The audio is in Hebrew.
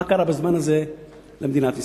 מה קרה בזמן הזה למדינת ישראל?